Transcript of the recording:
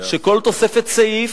כל תוספת סעיף,